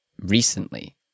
recently